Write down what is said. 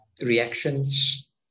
reactions